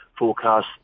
forecast